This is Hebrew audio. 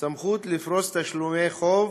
סמכות לפרוס לתשלומים חוב